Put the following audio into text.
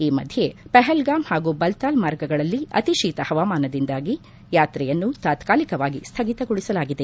ಈ ಮಧ್ಯೆ ಪಹಲ್ಗಾಮ್ ಹಾಗೂ ಬಲ್ತಾಲ್ ಮಾರ್ಗಗಳಲ್ಲಿ ಅತಿಶೀತ ಹವಾಮಾನದಿಂದಾಗಿ ಯಾತ್ರೆಯನ್ನು ತಾತ್ನಾಲಿಕವಾಗಿ ಸ್ಹಗಿತಗೊಳಿಸಲಾಗಿದೆ